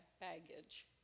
baggage